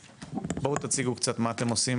בואו תציגו קצת מה אתם עושים